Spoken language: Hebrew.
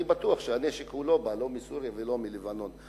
אני בטוח שהנשק לא בא מסוריה או מלבנון.